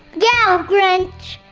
yeah grinch!